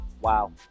Wow